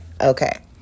Okay